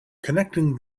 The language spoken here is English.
connecting